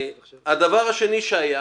הדבר השני שהיה